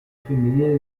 femminile